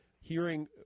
hearing